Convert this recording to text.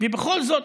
ובכל זאת